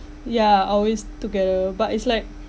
yeah always together but it's like